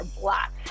black